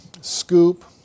scoop